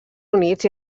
units